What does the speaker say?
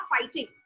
fighting